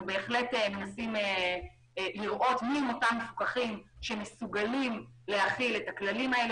בהחלט מנסים לראות מיהם אותם מפוקחים שמסוגלים להכיל את הכללים האלה